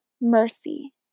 mercy